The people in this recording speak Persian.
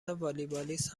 والیبالیست